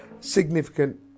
significant